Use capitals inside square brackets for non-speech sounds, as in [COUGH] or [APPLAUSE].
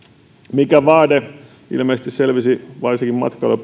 mikä ilmeisesti selvisi varsinkin matkailu [UNINTELLIGIBLE]